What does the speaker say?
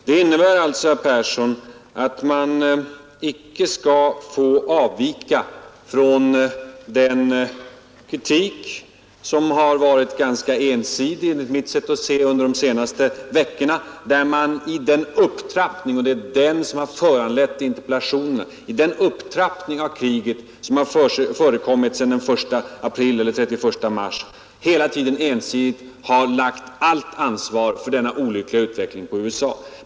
Det innebär alltså, herr Persson, att man icke skall få avvika från den enligt mitt sätt att se ganska ensidiga kritiken under de här veckorna, som hela tiden har lagt all skuld på USA för den upptrappning — som har föranlett interpellationen — av kriget i Vietnam som har förekommit sedan den 1 april eller den 31 mars.